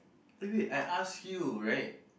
oh wait I ask you right